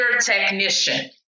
technician